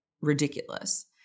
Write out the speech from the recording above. ridiculous